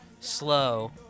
Slow